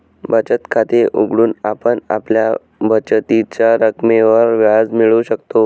बचत खाते उघडून आपण आपल्या बचतीच्या रकमेवर व्याज मिळवू शकतो